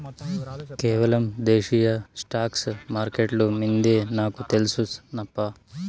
కేవలం దేశీయ స్టాక్స్ మార్కెట్లు మిందే నాకు తెల్సు నప్పా